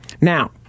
Now